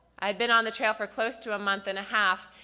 i had been on the trail for close to a month and a half,